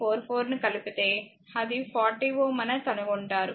44 ను కలిపితే అది 40 Ω అని కనుగొంటారు